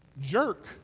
jerk